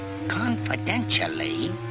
confidentially